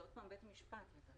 זה בית משפט.